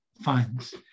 funds